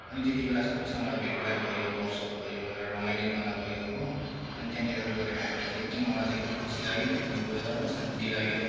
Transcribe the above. अनि त्यति बेला सबैसँग भेटघाट भयो गफसफ भयो एउटा रमाइलोपना भयो हो अनि त्यहाँनिर गएर हामीलाई चाहिँ एकदम मलाई चाहिँ एकदम खुसी लाग्यो त्यहाँनिर गएर हो शान्ति लाग्यो